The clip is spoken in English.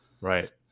right